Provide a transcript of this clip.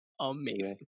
amazing